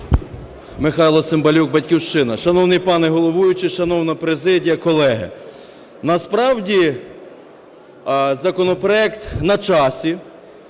Михайло Цимбалюк, "Батьківщина". Шановний пане головуючий, шановна президія, колеги! Насправді законопроект на часі